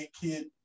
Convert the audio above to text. kid